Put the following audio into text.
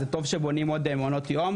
זה טוב שבונים עוד מעונות יום,